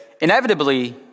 inevitably